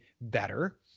better